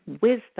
wisdom